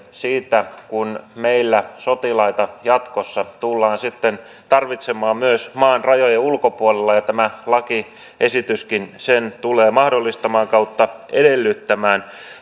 siihen kun meillä sotilaita sitten jatkossa tullaan tarvitsemaan myös maan rajojen ulkopuolella ja tämä lakiesityskin tulee sen mahdollistamaan tai sitä edellyttämään